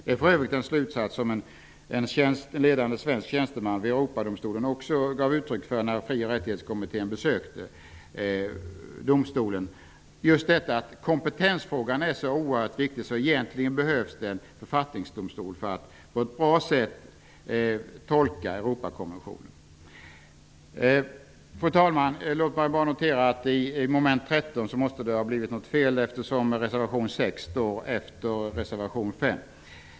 Det är för övrgit en slutsats som en ledande svensk tjänsteman vid Europadomstolen också gav uttryck för när Fri och rättighetskommittén besökte Europadomstolen. Kompetensfrågan är oerhört viktig. Egentligen behövs det en författningsdomstol för att på ett bra sätt kunna tolka Europakonventionen. Fru talman! Låt mig notera att det i mom. 13 måste ha blivit något fel när reservation 6 står efter reservation 5.